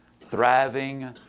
thriving